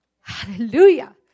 Hallelujah